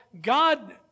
God